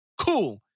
Cool